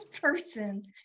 person